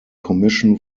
commission